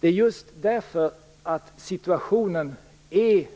Det är just för att situationen är